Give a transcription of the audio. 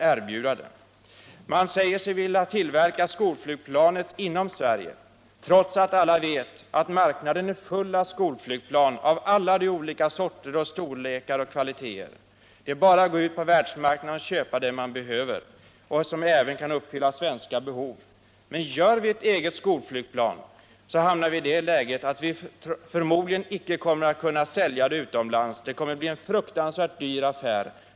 Man säger sig vilja tillverka skolflygplanet inom Sverige, trots att alla vet att marknaden är full av skolflygplan av alla de sorter, storlekar och kvaliteter. Det är bara att gå ut på världsmarknaden och köpa det man behöver. Men tillverkar vi ett eget skolflygplan kommer vi förmodligen icke att kunna sälja det utomlands. Det kommer att bli en fruktansvärt dyr affär.